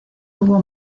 hubo